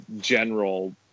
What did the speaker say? general